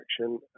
action